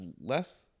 less